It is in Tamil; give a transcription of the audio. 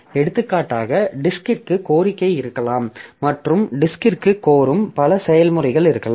எடுத்துக்காட்டாக டிஸ்க்கிற்கு கோரிக்கை இருக்கலாம் மற்றும் டிஸ்க்கிற்கு கோரும் பல செயல்முறைகள் இருக்கலாம்